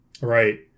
Right